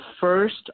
first